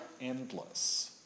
endless